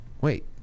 Wait